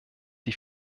die